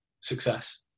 success